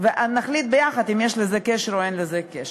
נחליט ביחד אם יש לזה קשר או אין לזה קשר.